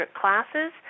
classes